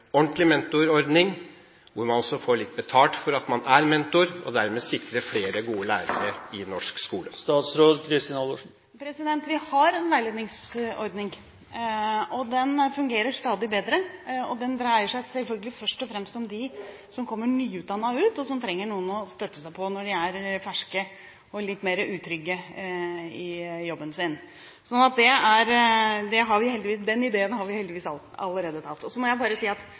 ordentlig mentorordning, hvor man også får litt betalt for at man er mentor, og dermed sikre flere gode lærere i norsk skole? Vi har en veiledningsordning, og den fungerer stadig bedre. Den dreier seg selvfølgelig først og fremst om de som kommer nyutdannet ut, og som trenger noen å støtte seg på når de er ferske og litt mer utrygge i jobben sin. Så den ideen har vi heldigvis allerede tatt. Jeg må bare si: Det er en veldig stor fordel å se det store økonomiske bildet når man har ansvar for kunnskap og